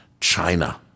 China